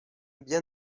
bien